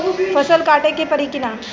फसल काटे के परी कि न?